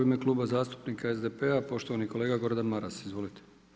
U ime Kluba zastupnika SDP-a poštovani kolega Gordan Maras, izvolite.